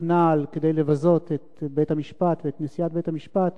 נעל כדי לבזות את בית-המשפט ואת נשיאת בית-המשפט,